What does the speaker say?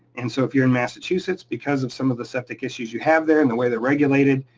and so if you're in massachusetts, because of some of the septic issues you have there and the way they're regulated,